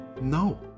No